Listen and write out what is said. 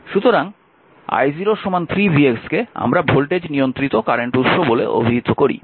সুতরাং সুতরাং i0 3 vx কে আমরা ভোল্টেজ নিয়ন্ত্রিত কারেন্ট উৎস বলে অভিহিত করি